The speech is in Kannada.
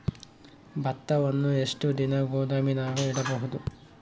ಭತ್ತವನ್ನು ಎಷ್ಟು ದಿನ ಗೋದಾಮಿನಾಗ ಇಡಬಹುದು?